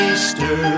Easter